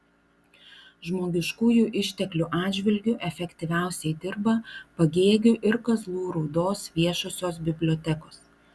žmogiškųjų išteklių atžvilgiu efektyviausiai dirba pagėgių ir kazlų rūdos viešosios bibliotekos